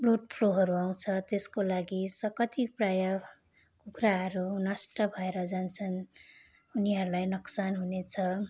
bird फ्लुहरू आउँछ त्यसको लागि स कतिप्रायः कुखुराहरू नष्ट भएर जान्छन् उनीहरूलाई नोक्सान हुनेछ